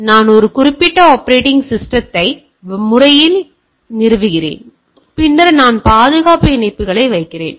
எனவே நான் ஒரு குறிப்பிட்ட ஆப்பரேட்டிங் சிஸ்டத்தை முறைமையை நிறுவுகிறேன் பின்னர் நான் பாதுகாப்பு இணைப்புகளை வைக்கிறேன்